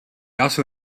also